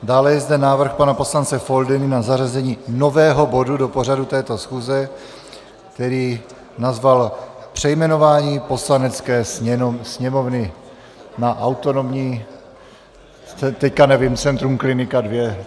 Dále je zde návrh pana poslance Foldyny na zařazení nového bodu do pořadu této schůze, který nazval Přejmenování Poslanecké sněmovny na autonomní... teď nevím, Centrum klinika 2.